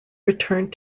returned